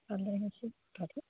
ভালে হৈছে কথাটো